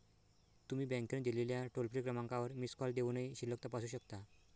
तुम्ही बँकेने दिलेल्या टोल फ्री क्रमांकावर मिस कॉल देऊनही शिल्लक तपासू शकता